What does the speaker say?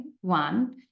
one